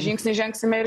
žingsnį žengsime ir